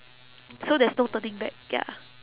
so there is no turning back ya